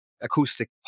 acoustic